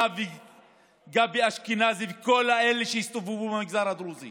אתה וגבי אשכנזי, וכל אלה שהסתובבו במגזר הדרוזי